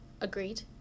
Agreed